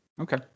Okay